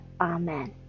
Amen